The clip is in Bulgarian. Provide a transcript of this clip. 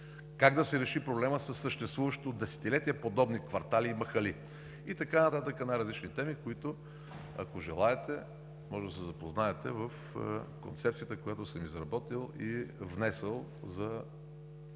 Как да се реши проблемът със съществуващи от десетилетия подобни квартали и махали? И така нататък най-различни теми, с които, ако желаете, може да се запознаете в концепцията, която съм изработил и внесъл за